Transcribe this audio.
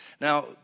Now